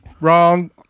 Wrong